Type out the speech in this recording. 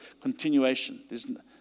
continuation